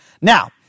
Now